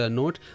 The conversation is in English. note।